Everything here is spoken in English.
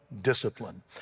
discipline